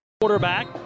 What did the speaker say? Quarterback